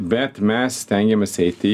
bet mes stengiamės eiti